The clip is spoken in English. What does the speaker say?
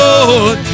Lord